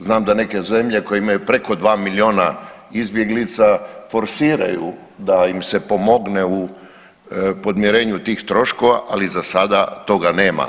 Znam da neke zemlje koje imaju preko 2 milijuna izbjeglica forsiraju da im se pomogne u podmirenju tih troškova, ali za sada toga nema.